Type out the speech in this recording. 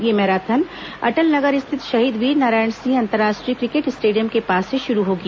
यह मैराथन अटल नगर स्थित शहीद वीरनारायण सिंह अंतर्राष्ट्रीय क्रिकेट स्टेडियम के पास से शुरू होगी